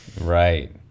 Right